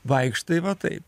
vaikštai matai